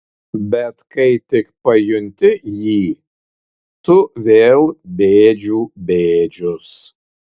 bet kai tik pajunti jį tu vėl bėdžių bėdžius